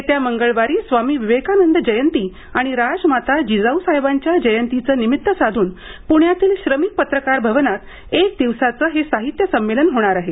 येत्या मंगळवारी स्वामी विवेकानंद जयंती आणि राजमाता जिजाऊसाहेबांच्या जयंतीचं निमित्त साधून पुण्यातील श्रमिक पत्रकार भवनात एक दिवसाचं हे साहित्य संमेलन होणार आहे